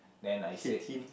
then I said